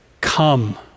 come